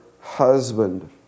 husband